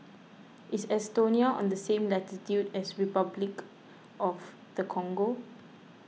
is Estonia on the same latitude as Repuclic of the Congo